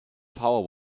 power